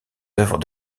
œuvres